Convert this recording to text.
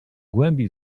głębi